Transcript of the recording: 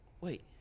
wait